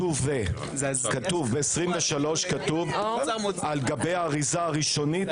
ב-23 כתוב: על גבי האריזה הראשונית.